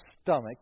stomach